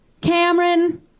Cameron